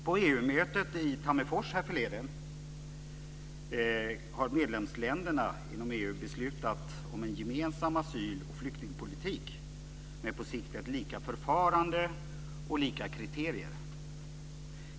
På EU-mötet i Tammerfors härförleden har medlemsländerna inom EU beslutat om en gemensam asyl och flyktingpolitik med på sikt ett lika förfarande och lika kriterier.